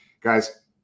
guys